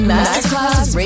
Masterclass